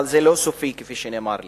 אבל זה לא סופי, כפי שנאמר לי.